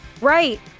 Right